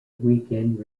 weekend